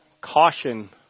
caution